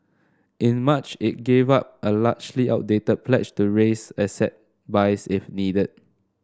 in March it gave up a largely outdated pledge to raise asset buys if needed